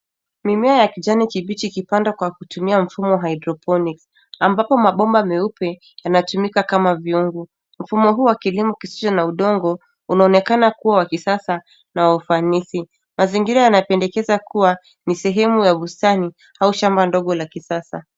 Mimea ya kijani kibichi kipandwa kwa kutumia mfumo hydroponic , ambapo mabomba meupe yanatumika kama viungu. Mfumo huu wa kilimo kisicho na udongo, unaonekana kuwa wa kisasa na wa ufanisi. Mazingira yanapendekeza kuwa, ni sehemu ya bustani au shamba ndogo la kisasa.